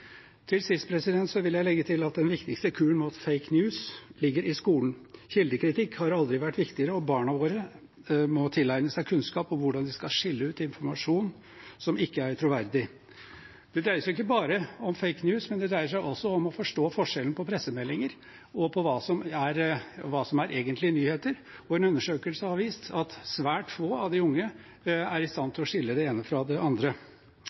Til sist vil jeg legge til at den viktigste kuren mot «fake news» ligger i skolen. Kildekritikk har aldri vært viktigere, og barna våre må tilegne seg kunnskap om hvordan de skal skille ut informasjon som ikke er troverdig. Det dreier seg ikke bare om «fake news», det dreier seg også om å forstå forskjellen på pressemeldinger og det som er egentlige nyheter. En undersøkelse har vist at svært få av de unge er i stand til å skille det ene fra det andre.